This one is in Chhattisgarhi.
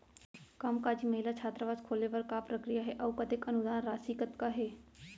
कामकाजी महिला छात्रावास खोले बर का प्रक्रिया ह अऊ कतेक अनुदान राशि कतका हे?